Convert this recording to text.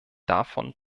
davon